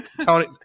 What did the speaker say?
Tony